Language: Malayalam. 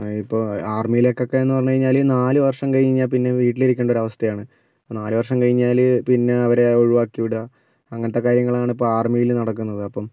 ഇപ്പോൾ ആർമിലെക്കൊക്കെന്ന് പറഞ്ഞ് കഴിഞ്ഞാൽ നാല് വർഷം കഴിഞ്ഞാപ്പിന്നെ വീട്ടിലിരിക്കേണ്ടൊരവസ്ഥയാണ് നാല് വർഷം കഴിഞ്ഞാൽ പിന്നെ അവരെ ഒഴിവാക്കി വിട അങ്ങനത്തെ കാര്യങ്ങളാണ് ഇപ്പോൾ ആർമിൽ നടക്കുന്നത് അപ്പം